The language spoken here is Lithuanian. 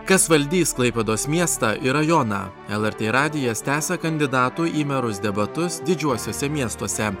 kas valdys klaipėdos miestą ir rajoną lrt radijas tęsia kandidatų į merus debatus didžiuosiuose miestuose